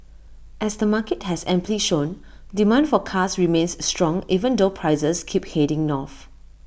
as the market has amply shown demand for cars remains strong even though prices keep heading north